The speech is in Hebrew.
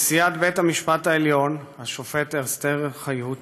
נשיאת בית-המשפט העליון השופטת אסתר חיות